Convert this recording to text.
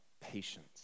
patience